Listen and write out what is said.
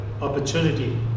opportunity